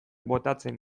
botatzen